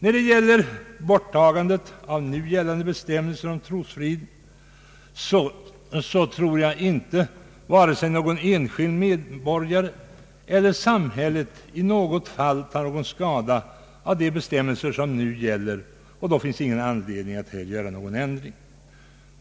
När det gäller borttagande av nu gällande bestämmelser om trosfrid tror jag inte att vare sig någon enskild medborgare eller samhället i något fall tar skada av de bestämmelser som nu gäller, och då finns det ingen anledning att göra någon ändring.